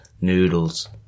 Noodles